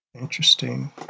interesting